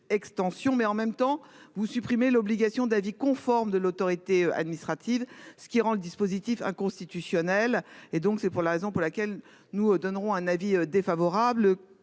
mais en même temps vous supprimez l'obligation d'avis conforme de l'autorité administrative, ce qui rend le dispositif inconstitutionnelle et donc c'est pour la raison pour laquelle nous donnerons un avis défavorable.